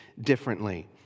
differently